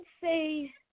say